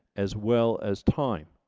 as well as time.